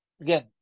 Again